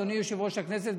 אדוני יושב-ראש הכנסת,